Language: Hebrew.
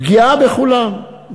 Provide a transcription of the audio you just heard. פגיעה בכולם,